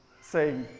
say